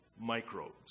microbes